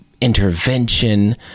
intervention